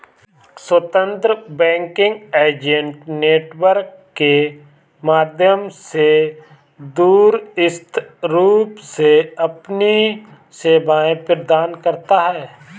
स्वतंत्र banking agent network के माध्यम से दूरस्थ रूप से अपनी सेवाएं प्रदान करता है